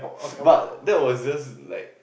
but that was just like